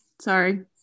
Sorry